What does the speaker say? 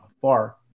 far